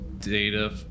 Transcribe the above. data